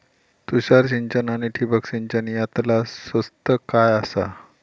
तुषार सिंचन आनी ठिबक सिंचन यातला स्वस्त काय आसा?